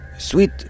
Sweet